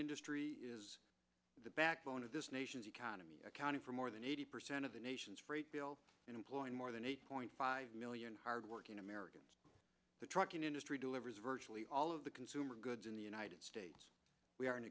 industry is the backbone of this nation's economy accounting for more than eighty percent of the nation's freight bill employing more than eight point five million hardworking americans the trucking industry delivers virtually all of the consumer goods in the united states we are